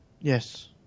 yes